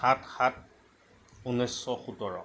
আঠ সাত ঊনৈশ সোতৰ